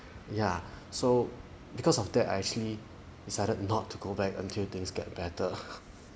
ya so because of that I actually decided not to go back until things get better